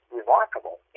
remarkable